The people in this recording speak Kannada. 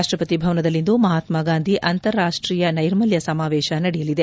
ರಾಷ್ಷಪತಿ ಭವನದಲ್ಲಿಂದು ಮಹಾತ್ನಾಗಾಂಧಿ ಅಂತಾರಾಷ್ಷೀಯ ನೈರ್ಮಲ್ಯ ಸಮಾವೇಶ ನಡೆಯಲಿದೆ